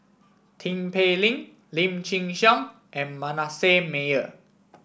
Tin Pei Ling Lim Chin Siong and Manasseh Meyer